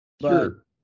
Sure